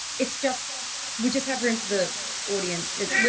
it's just we just have room for the audience.